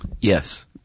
yes